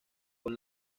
con